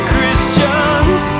Christians